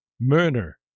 murder